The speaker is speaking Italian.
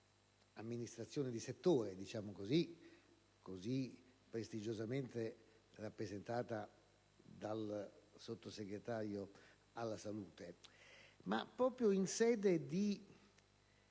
amministrazione di settore, così prestigiosamente rappresentata dal Sottosegretario per la salute, ma proprio in sede di